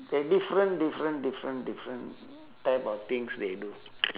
the different different different different type of things they do